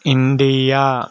India